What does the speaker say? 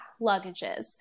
luggages